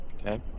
Okay